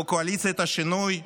בקואליציית השינוי,